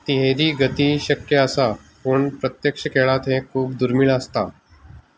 तिहेरी गती शक्य आसा पूण प्रत्यक्ष खेळांत हें खूब दुर्मीळ आसता